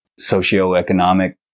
socioeconomic